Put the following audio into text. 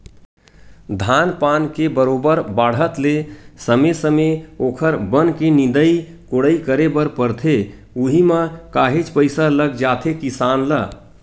धान पान के बरोबर बाड़हत ले समे समे ओखर बन के निंदई कोड़ई करे बर परथे उहीं म काहेच पइसा लग जाथे किसान ल